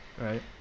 Right